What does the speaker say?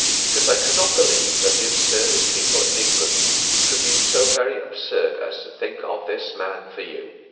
because i could not believe that the absurdest people in england could be so very absurd as to think of this man for you.